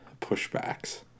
pushbacks